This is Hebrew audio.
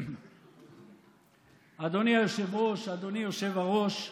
אדוני היושב-ראש, אדוני יושב-הראש,